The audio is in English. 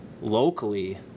locally